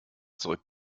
zurück